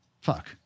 Fuck